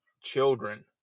children